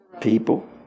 People